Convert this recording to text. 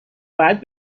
باید